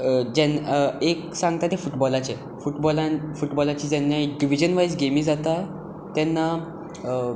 जेन्ना एक सांगता ते फु़बॉलाचे फुटबॉलान फुटबॉलाची जेन्ना इंक रिजन वायज गेमी जाता तेन्ना